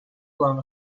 blown